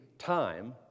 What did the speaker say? time